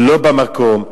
לא במקום.